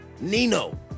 nino